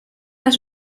las